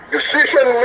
Decision